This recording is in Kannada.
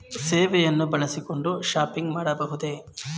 ಸೇವೆಯನ್ನು ಬಳಸಿಕೊಂಡು ಶಾಪಿಂಗ್ ಮಾಡಬಹುದೇ?